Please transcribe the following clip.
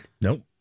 Nope